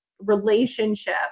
relationship